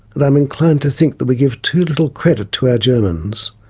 and i am inclined to think that we give too little credit to our germans.